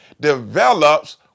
develops